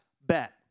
bet